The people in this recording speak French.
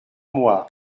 moi